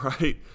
right